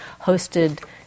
hosted